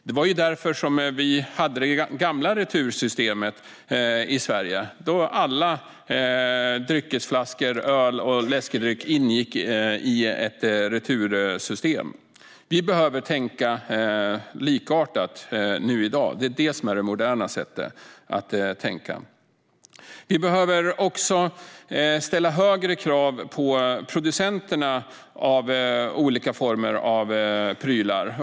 Det var därför som i det gamla systemet i Sverige alla dryckesflaskor, öl och läskedryck ingick i ett retursystem. Vi behöver tänka likartat i dag. Det är det som är det moderna sättet att tänka. Vi behöver också ställa högre krav på producenterna av olika former av prylar.